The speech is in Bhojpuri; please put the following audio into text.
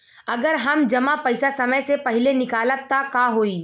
अगर हम जमा पैसा समय से पहिले निकालब त का होई?